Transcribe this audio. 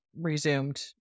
resumed